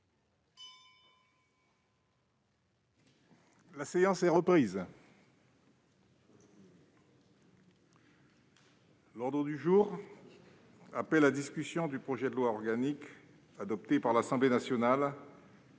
La séance est reprise. L'ordre du jour appelle la discussion du projet de loi organique, adopté par l'Assemblée nationale